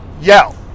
yell